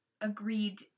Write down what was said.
agreed